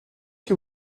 que